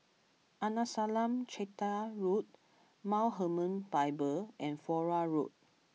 Arnasalam Chetty Road Mount Hermon Bible and Flora Road